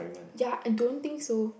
ya I don't think so